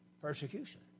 persecution